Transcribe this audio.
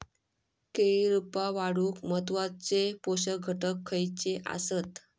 केळी रोपा वाढूक महत्वाचे पोषक घटक खयचे आसत?